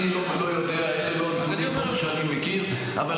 אני לא יודע, אלה לא הנתונים שאני מכיר, לפחות.